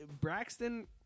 Braxton